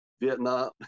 Vietnam